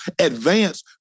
advance